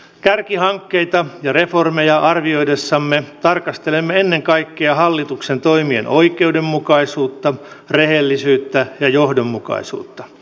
kärkihankkeita ja reformeja arvioidessamme tarkastelemme ennen kaikkea hallituksen toimien oikeudenmukaisuutta rehellisyyttä ja johdonmukaisuutta